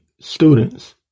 students